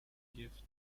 gift